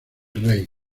rey